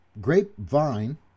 grapevine